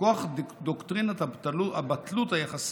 מכוח דוקטרינת הבטלות היחסית.